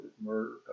murder